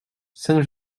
saint